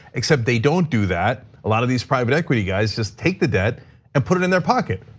except they don't do that. a lot of these private equity guys just take the debt and put it in their pocket.